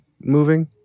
moving